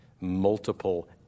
multiple